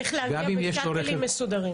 צריך להגיע בשאטלים מסודרים.